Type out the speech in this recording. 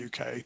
UK